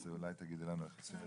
אז אולי תגידי לנו איך עושים את זה?